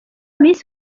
miss